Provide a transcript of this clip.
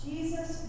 Jesus